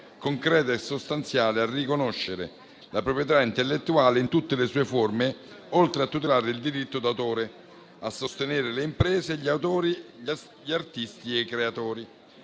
concreta e sostanziale a riconoscere la proprietà intellettuale in tutte le sue forme, oltre a tutelare il diritto d'autore, a sostenere le imprese, gli autori, gli artisti e i creatori.